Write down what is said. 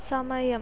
സമയം